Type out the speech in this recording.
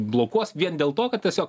blokuos vien dėl to kad tiesiog